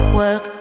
work